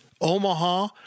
Omaha